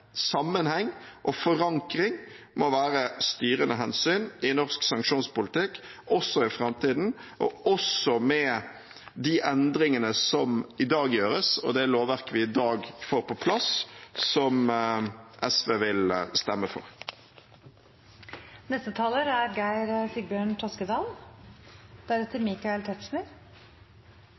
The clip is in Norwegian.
sammenheng og forankring må være styrende hensyn i norsk sanksjonspolitikk også i framtiden og også med de endringene som i dag gjøres, det lovverket vi i dag får på plass, som SV vil stemme